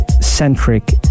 centric